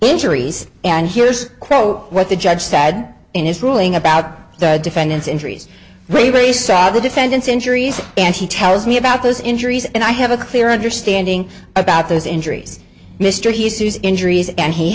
injuries and here's quote what the judge said in his ruling about the defendant's injuries bravery stab the defendant's injuries and he tells me about those injuries and i have a clear understanding about those injuries mr he sues injuries and he